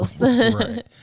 Right